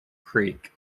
creek